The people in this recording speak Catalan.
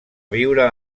viure